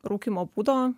rūkymo būdo